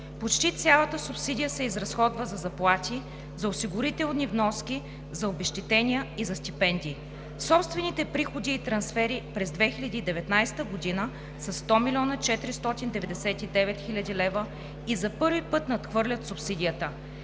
Почти цялата субсидия се изразходва за заплати, за осигурителни вноски, за обезщетения и за стипендии. Собствените приходи и трансфери през 2019 г. са 100 млн. 499 хил. лв. и за първи път надхвърлят субсидията.